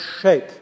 shape